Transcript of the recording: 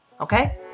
Okay